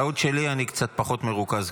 טעות שלי, אני כבר קצת פחות מרוכז.